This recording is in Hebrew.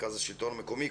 מרכז השלטון המקומי,